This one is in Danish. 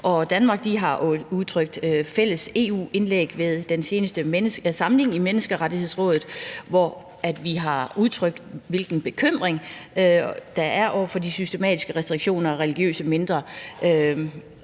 Danmark har jo i et fælles EU-indlæg ved den seneste samling i Menneskerettighedsrådet udtrykt, hvilken bekymring der er over for de systematiske restriktioner af religiøse mindretals